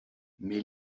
mais